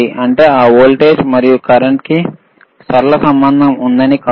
అంటే ఆ వోల్టేజ్ మరియు కరెంట్కి సరళ సంబంధం ఉంది అని కాదు